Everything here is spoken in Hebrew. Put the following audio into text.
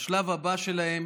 השלב הבא שלהם,